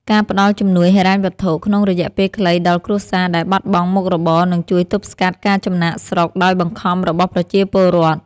ការផ្តល់ជំនួយហិរញ្ញវត្ថុក្នុងរយៈពេលខ្លីដល់គ្រួសារដែលបាត់បង់មុខរបរនឹងជួយទប់ស្កាត់ការចំណាកស្រុកដោយបង្ខំរបស់ប្រជាពលរដ្ឋ។